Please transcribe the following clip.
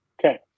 okay